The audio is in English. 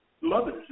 mothers